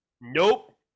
Nope